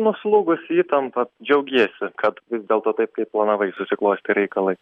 nuslūgus įtampa džiaugiesi kad vis dėlto taip kaip planavai susiklostė reikalai